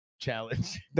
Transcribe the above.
Challenge